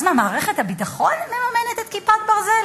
אז מה, מערכת הביטחון מממנת את "כיפת ברזל"?